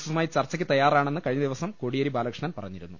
എസുമായി ചർച്ചയ്ക്ക് തയ്യാറാണെന്ന് കഴിഞ്ഞ ദിവസം കോടിയേരി ബാല കൃഷ്ണൻ പറഞ്ഞിരുന്നു